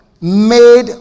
made